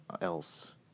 else